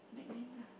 nickname lah